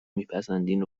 میپسندین